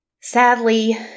Sadly